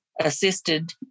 assisted